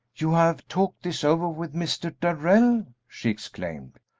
you have talked this over with mr. darrell? she exclaimed.